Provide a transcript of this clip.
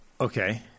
Okay